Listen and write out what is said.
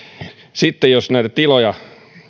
sitten jos näitä tiloja